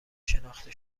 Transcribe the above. شناخته